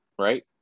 right